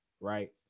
Right